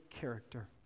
character